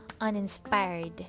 uninspired